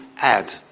add